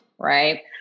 right